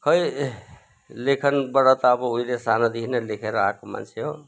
खोइ लेखनबाट त अब उहिले सानोदेखि नै लेखेर आएको मान्छे हो